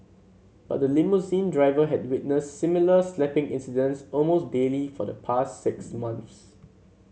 but the limousine driver had witnessed similar slapping incidents almost daily for the past six months